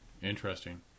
Interesting